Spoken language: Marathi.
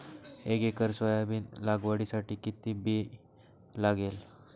एक एकर सोयाबीन लागवडीसाठी किती बी लागेल?